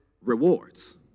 rewards